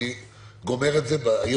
אני גומר את זה היום,